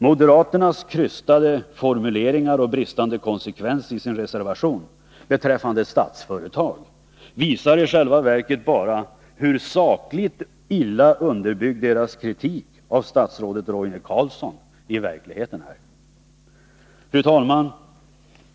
Moderaternas krystade formuleringar och bristande konsekvens i sin reservation beträffande Statsföretag visar i själva verket bara hur sakligt illa underbyggd deras kritik av statsrådet Roine Carlsson i verkligheten är. Fru talman!